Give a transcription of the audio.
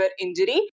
injury